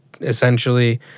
essentially